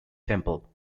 temple